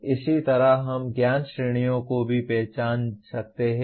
और इसी तरह हम ज्ञान श्रेणियों को भी पहचान सकते हैं